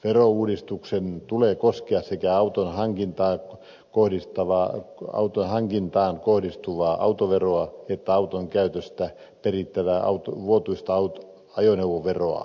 verouudistuksen tulee koskea sekä auton hankintaan kohdistuvaa autoveroa että auton käytöstä perittävää vuotuista ajoneuvoveroa